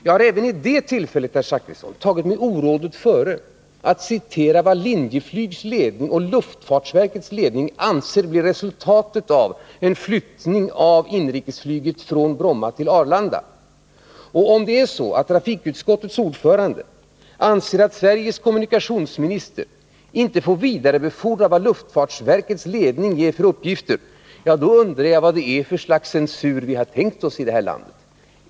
Jag har även i det här fallet, herr Zachrisson, tagit mig orådet före att citera vad Linjeflygs ledning och luftfartsverkets ledning anser blir resultatet av en flyttning av inrikesflyget från Bromma till Arlanda. Och om det är så att trafikutskottets ordförande anser att Sveriges kommunikationsminister inte får vidarebefordra vad luftfartsverkets ledning meddelar för uppgifter, då äl undrar jag vad det är för slags censur vi har tänkt oss i det här landet.